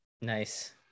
Nice